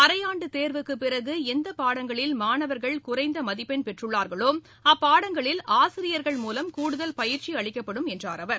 அரையாண்டு தேர்வுக்குப் பிறகு எந்த பாடங்களில் மாணவர்கள் குறைந்த மதிப்பெண் பெற்றுள்ளார்களோ அப்பாடங்களில் ஆசிரியர்கள் மூலம் கூடுதல் பயிற்சி அளிக்கப்படும் என்றார் அவர்